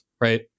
right